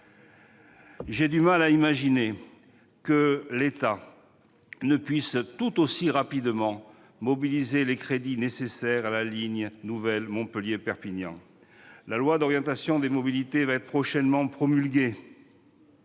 J'ai du mal à imaginer que l'État ne puisse tout aussi rapidement mobiliser les crédits nécessaires pour la ligne nouvelle Montpellier-Perpignan. La loi d'orientation des mobilités sera prochainement promulguée,